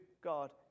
God